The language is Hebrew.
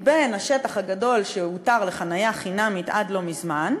מתוך השטח הגדול שהותר לחניה חינמית עד לא מזמן,